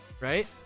Right